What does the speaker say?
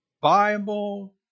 Bible